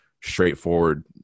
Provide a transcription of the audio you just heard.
straightforward